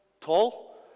tall